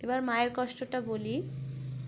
এবার মায়ের কষ্টটা বলি